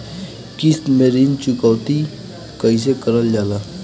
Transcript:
किश्त में ऋण चुकौती कईसे करल जाला?